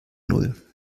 null